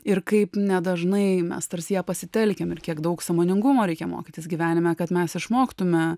ir kaip nedažnai mes tarsi ją pasitelkiam ir kiek daug sąmoningumo reikia mokytis gyvenime kad mes išmoktume